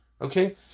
Okay